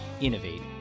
innovate